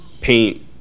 paint